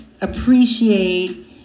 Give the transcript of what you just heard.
appreciate